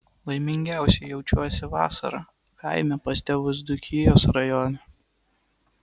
laimingiausia jaučiuosi vasarą kaime pas tėvus dzūkijos rajone